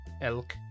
elk